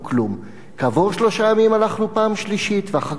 כעבור שלושה ימים הלכנו פעם שלישית ואחר כך רביעית וחמישית,